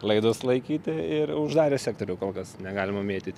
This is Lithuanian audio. laidus laikyti ir uždarė sektorių kol kas negalima mėtyti